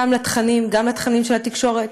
גם לתכנים של התקשורת,